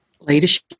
Leadership